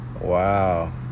Wow